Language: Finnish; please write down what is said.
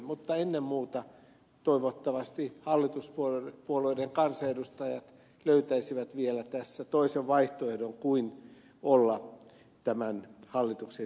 mutta ennen muuta toivottavasti hallituspuolueiden kansanedustajat löytäisivät vielä tässä toisen vaihtoehdon kuin olla tämän hallituksen esityksen takana